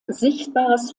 sichtbares